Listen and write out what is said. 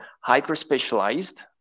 hyper-specialized